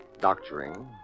doctoring